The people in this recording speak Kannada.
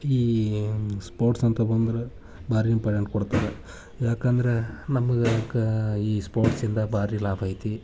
ಈ ಸ್ಪೋರ್ಟ್ಸ್ ಅಂತ ಬಂದ್ರೆ ಭಾರಿ ಇಂಪಾರ್ಟೆಂಟ್ ಕೊಡ್ತಾರೆ ಯಾಕೆಂದ್ರೆ ನಮ್ಗೆ ಕಾ ಈ ಸ್ಪೋರ್ಟ್ಸಿಂದ ಭಾರಿ ಲಾಭ ಐತೆ